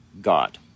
God